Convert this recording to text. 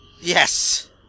Yes